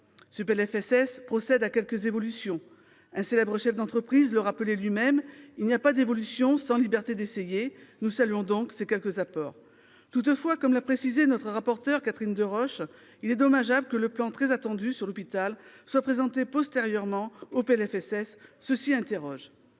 Ce PLFSS procède à quelques évolutions. Un célèbre chef d'entreprise le rappelait lui-même :« Il n'y a pas d'évolution sans liberté d'essayer. » Nous saluons donc ces quelques apports. Toutefois, comme l'a précisé notre rapporteure Catherine Deroche, il est dommageable que le plan sur l'hôpital qui est très attendu soit présenté postérieurement à l'examen